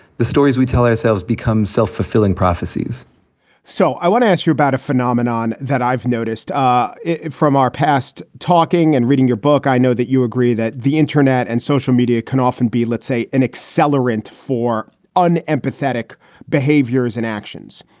the stories we tell ourselves become self-fulfilling prophecies so i want to ask you about a phenomenon that i've noticed ah from our past, talking and reading your book. i know that you agree that the internet and social media can often be, let's say, an accelerant for unempathetic behaviors and actions.